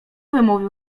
wymówił